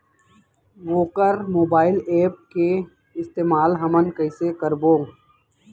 वोकर mobile app के इस्तेमाल हमन कइसे करबो?